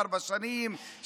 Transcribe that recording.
ארבע שנים,